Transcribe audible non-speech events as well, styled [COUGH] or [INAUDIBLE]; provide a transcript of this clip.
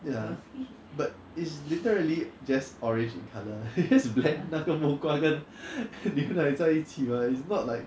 ya but it's literally just orange in colour [LAUGHS] it's just blend 那个木瓜跟在一起 [what] it's not like